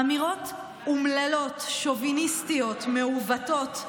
אמירות אומללות, שוביניסטיות, מעוותות,